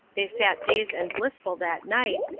they sat dazed and blissful that night,